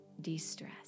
de-stress